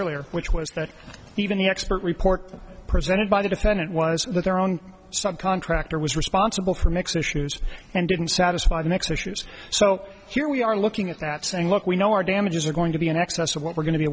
earlier which was that even the expert report presented by the defendant was that their own subcontractor was responsible for mix issues and didn't satisfy the next issues so here we are looking at that saying look we know our damages are going to be in excess of what we're going to be